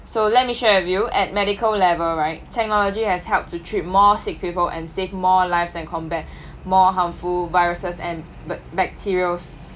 so let me share with you at medical level right technology has helped to treat more sick people and save more lives and combat more harmful viruses and bac~ bacterials